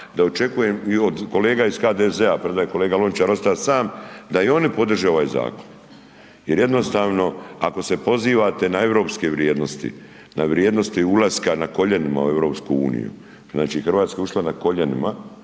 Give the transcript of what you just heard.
da očekujem i od kolega HDZ-a, premda je kolega Lončar osta sam, da i oni podrže ovaj zakon jer jednostavno ako se pozivate na europske vrijednosti, na vrijednosti ulaska na koljenima u EU, znači, RH je ušla na koljenima